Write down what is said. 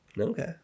Okay